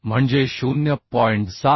म्हणजे 0